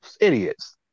idiots